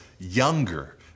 younger